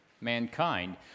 mankind